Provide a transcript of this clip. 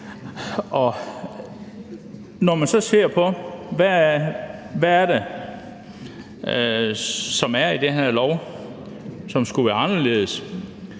Når man så ser på, hvad der i denne lov skulle være anderledes,